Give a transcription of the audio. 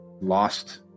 lost